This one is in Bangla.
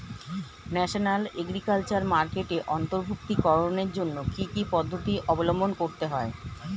ন্যাশনাল এগ্রিকালচার মার্কেটে অন্তর্ভুক্তিকরণের জন্য কি কি পদ্ধতি অবলম্বন করতে হয়?